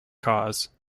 cause